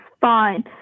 fine